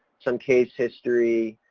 some case history,